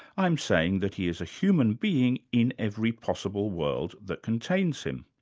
i'm saying that he is a human being in every possible world that contains him.